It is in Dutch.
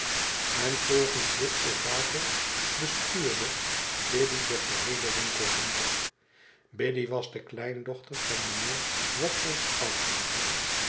en volgens dit orakel bestuurde biddy den geheelen winkelhandel biddy was de kleindochter van mynheer